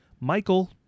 Michael